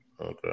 Okay